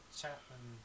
Chapman